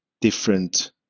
different